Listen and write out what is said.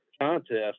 contest